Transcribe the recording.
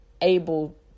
able